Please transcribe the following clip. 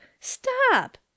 stop